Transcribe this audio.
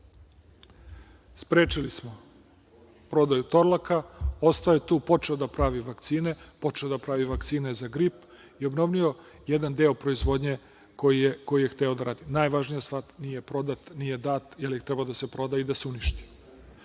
Sprečili smo prodaju Torlaka, ostao je tu, počeo je da pravi vakcine, počeo je da pravi vakcine za grip i obnovio je jedan deo proizvodnje koji je hteo da radi. Najvažnija stvar je da nije prodat, nije dat, jer je trebao da se proda i da se uništi.